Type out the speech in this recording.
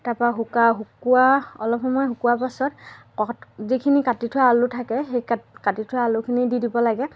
তাৰ পৰা শুকা শুকোৱা অলপ সময় শুকোৱাৰ পাছত কট যিখিনি কাটি থোৱা আলু থাকে সেই কাটি থোৱা আলুখিনি দি দিব লাগে